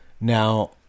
now